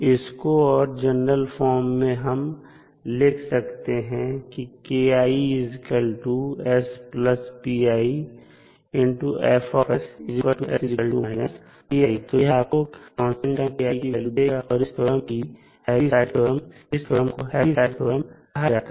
इसको और general form में हम लिख सकते हैं तो यह आपको कांस्टेंट टर्म की वैल्यू देगा और इस थ्योरम को हैवीसाइड थ्योरम 'Heaviside Theorem' कहा जाता है